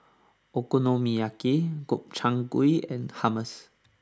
Okonomiyaki Gobchang Gui and Hummus